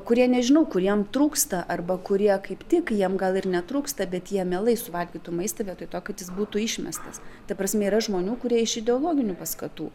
kurie nežinau kuriem trūksta arba kurie kaip tik jiem gal ir netrūksta bet jie mielai suvalgytų maistą vietoj to kad jis būtų išmestas ta prasme yra žmonių kurie iš ideologinių paskatų